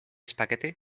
spaghetti